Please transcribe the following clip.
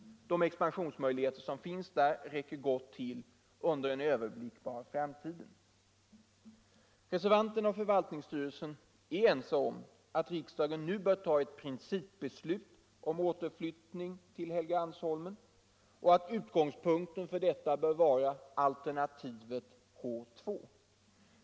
De expansionsmöjligheter som finns där räcker gott och väl till under en överblickbar framtid. Reservanterna och förvaltningsstyrelsen är ense om att riksdagen nu bör ta ett principbeslut om återflyttning till Helgeandsholmen och att utgångspunkten för detta bör vara alternativet H 2.